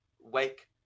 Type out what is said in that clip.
wake